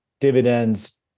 dividends